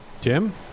Jim